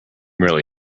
really